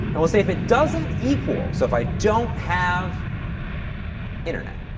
and we'll say if it doesn't equal, so, if i don't have internet,